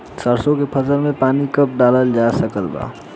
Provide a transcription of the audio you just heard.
सरसों के फसल में पानी कब डालल जा सकत बा?